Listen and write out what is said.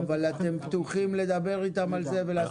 כן, אבל אתם פתוחים לדבר איתם על זה?